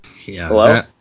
Hello